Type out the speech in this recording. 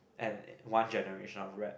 and one generation of rat